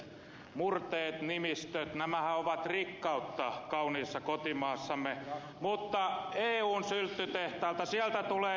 murteet nimistö nämähän ovat rikkautta kauniissa kotimaassamme mutta eun sylttytehtaalta tulee integraatiota direktiiviä sanktiota